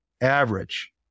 average